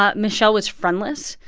ah michelle was friendless.